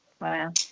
Wow